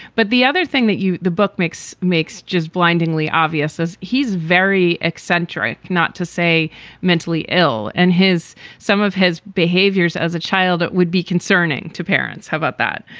but the other thing that the book makes makes just blindingly obvious is he's very eccentric, not to say mentally ill and his some of his behaviors as a child, it would be concerning to parents. how about that?